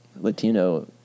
latino